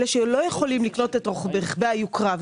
אלה שלא יכולים לקנות את רכבי היוקרה.